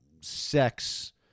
sex